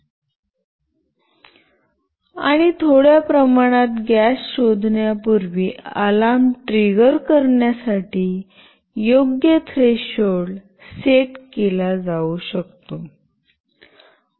आणि थोड्या प्रमाणात गॅस शोधण्यापूर्वी अलार्म ट्रिगर करण्यासाठी योग्य थ्रेशोल्ड सेट केला जाऊ शकतो